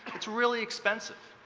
it's really expensive.